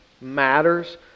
matters